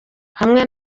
hamwe